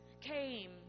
came